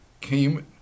came